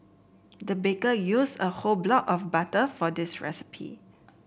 the baker used a whole block of butter for this recipe